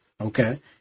okay